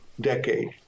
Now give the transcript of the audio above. decade